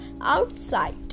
outside